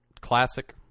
Classic